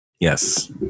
Yes